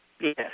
Yes